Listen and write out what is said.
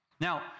Now